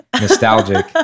nostalgic